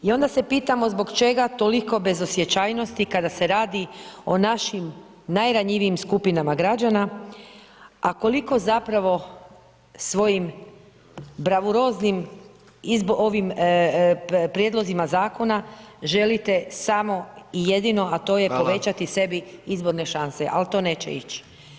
I onda se pitamo zbog čega toliko bezosjećajnosti kada se radi o našim najranjivijim skupinama građana a koliko zapravo svojim bravuroznim prijedlozima zakona želite samo i jedino a to je povećati sebi izborne šanse ali to neće ići.